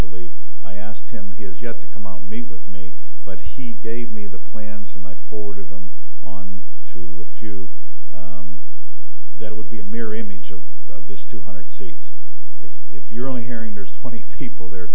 believe i asked him he has yet to come out meet with me but he gave me the plans and i forwarded them on to a few that would be a mirror image of this two hundred seats if you're only hearing there's twenty people the